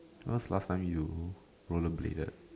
when was last time you rollerbladed